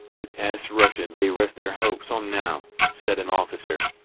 it s russia they rest their hopes on now, said an officer.